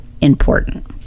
important